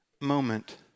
moment